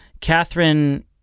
Catherine